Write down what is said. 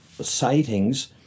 sightings